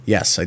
Yes